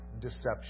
deception